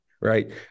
right